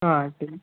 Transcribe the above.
ہاں ٹھیک